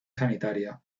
sanitaria